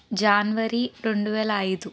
జనవరి రెండు వేల ఇరవై ఐదు